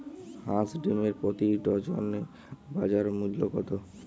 হাঁস ডিমের প্রতি ডজনে বাজার মূল্য কত?